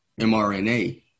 mrna